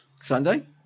Sunday